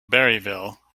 berryville